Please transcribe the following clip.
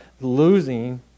losing